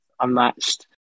unmatched